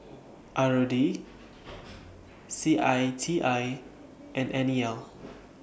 R O D C I T I and N E L